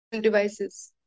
devices